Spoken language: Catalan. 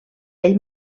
ell